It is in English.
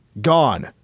gone